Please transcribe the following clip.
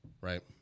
right